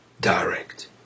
direct